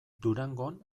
durangon